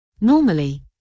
Normally